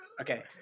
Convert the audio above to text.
Okay